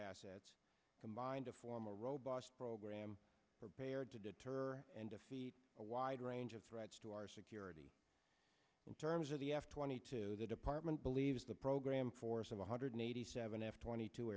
assets combined to form a robust program prepared to deter and defeat a wide range of threats to our security in terms of the f twenty two the department believes the program for some one hundred eighty seven f twenty two